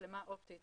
מצלמה אופטית